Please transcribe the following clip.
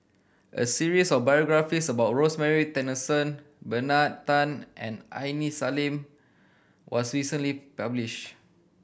a series of biographies about Rosemary Tessensohn Bernard Tan and Aini Salim was recently published